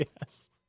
Yes